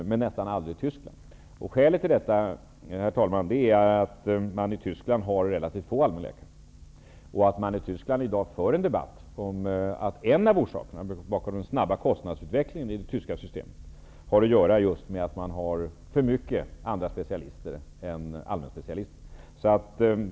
Vi har dock nästan aldrig tagit Tyskland som exempel. Skälet till det är att man i Tyskland har relativt få allmänläkare. I Tyskland förs i dag en debatt om att en av orsakerna till den snabba kostnadsutvecklingen i det tyska systemet är att man har för många specialister, läkare som inte är allmänläkare.